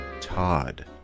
Todd